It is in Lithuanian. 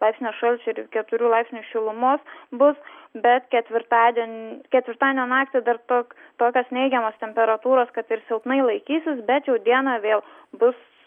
tarp vieno laipsnio šalčio ir keturių laipsnių šilumos bus bet ketvirtadienį ketvirtadienio naktį dar toks tokios neigiamos temperatūros kad ir silpnai laikysis bet jau dieną vėl bus